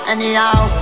Anyhow